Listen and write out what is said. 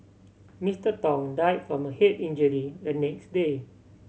Mister Tong died from a head injury the next day